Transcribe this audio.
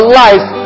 life